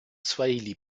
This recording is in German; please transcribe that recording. swahili